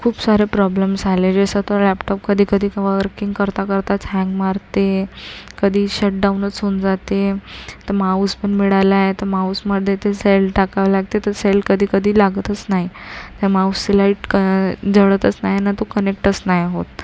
खूप सारे प्रॉब्लेम्स आले जसं तो लॅपटॉप कधी कधी वर्किंग करता करताच हँग मारते कधी शटडाउनच होऊन जाते तर माउस पण मिळाला आहे तर माउसमध्ये ते सेल टाकावं लागते तर सेल कधी कधी लागतच नाही तर माउसचं लाईट जळतच नाही तो कनेक्टच नाही होत